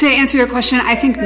to answer your question i think